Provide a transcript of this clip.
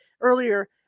earlier